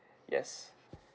yes